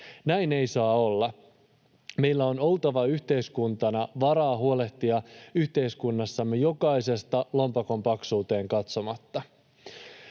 Näin ei saa olla. Meillä on oltava yhteiskuntana varaa huolehtia yhteiskunnassamme jokaisesta lompakon paksuuteen katsomatta.